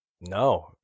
No